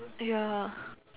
ya